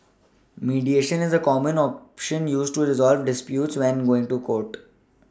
mediation is a common option used to resolve disputes when going to court